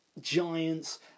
Giants